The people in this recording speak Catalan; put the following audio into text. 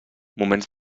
moments